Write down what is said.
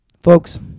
Folks